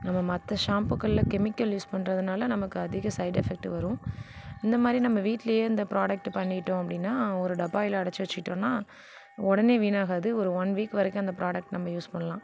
நம்ம மற்ற ஷாம்புகளில் கெமிக்கல் யூஸ் பண்ணுறதுனால நமக்கு அதிக ஸைட்எஃபக்ட் வரும் இந்த மாதிரி நம்ம வீட்டிலயே அந்த ப்ராடக்ட் பண்ணிட்டோம் அப்படின்னா ஒரு டப்பாயில் அடைச்சி வச்சுக்கிட்டோம் உடனே வீணாகாது ஒரு ஒன் வீக் வரைக்கும் அந்த ப்ராடக்ட் நம்ப யூஸ் பண்ணலாம்